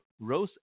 Rose